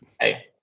Hey